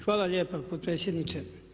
Hvala lijepa potpredsjedniče.